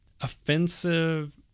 offensive